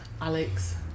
Alex